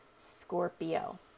Scorpio